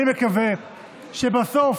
אני מקווה שבסוף